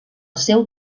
seu